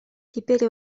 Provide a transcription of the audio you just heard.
теперь